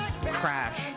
Crash